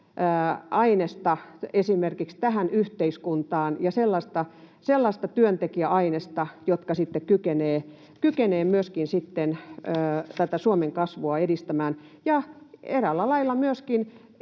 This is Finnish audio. ainesta tähän yhteiskuntaan ja sellaista työntekijäainesta, joka sitten kykenee myöskin Suomen kasvua edistämään — ja eräällä lailla myöskin